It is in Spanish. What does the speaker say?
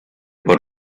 por